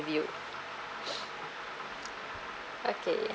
review okay